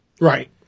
right